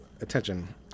attention